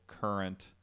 current